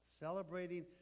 celebrating